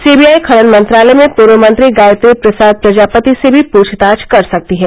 CBI खनन मंत्रालय में पूर्व मंत्री गायत्री प्रसाद प्रजापति से भी पूछताछ कर सकती है